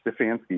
Stefanski